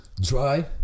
dry